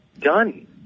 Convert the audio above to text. Done